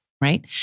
right